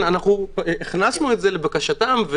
הכנסנו את זה לבקשתם,